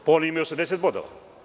Pa oni imaju 80 bodova.